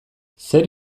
zer